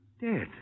Dead